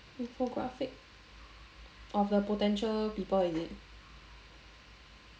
infographic of the potential people is it